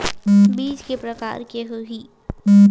बीज के प्रकार के होत होही?